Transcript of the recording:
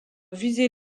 visait